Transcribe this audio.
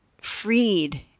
freed